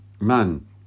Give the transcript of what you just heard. man